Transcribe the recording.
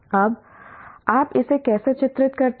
अब आप इसे कैसे चित्रित करते हैं